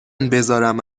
بذارم